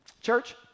Church